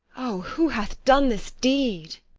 o, who hath done this deed?